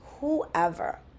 whoever